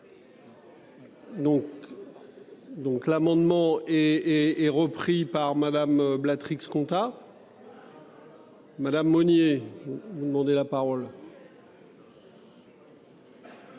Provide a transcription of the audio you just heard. Donc l'amendement et et repris par Madame bla Trix compta. Madame Monnier, vous demandez la parole.